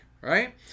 right